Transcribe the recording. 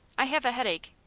i have a headache.